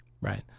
Right